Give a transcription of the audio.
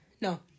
no